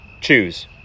Choose